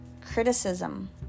criticism